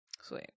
Sweet